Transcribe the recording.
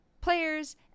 players